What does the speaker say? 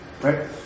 Right